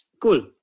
cool